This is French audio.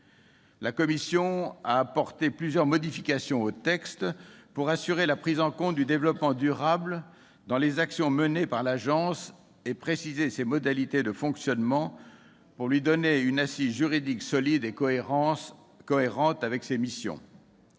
La commission a apporté plusieurs modifications au texte pour assurer la prise en compte du développement durable dans les actions menées par l'Agence et préciser ses modalités de fonctionnement afin de lui donner une assise juridique solide et cohérente avec ses missions.